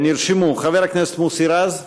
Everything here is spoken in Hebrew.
נרשמו: חבר הכנסת מוסי רז.